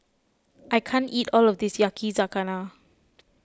I can't eat all of this Yakizakana